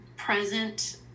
present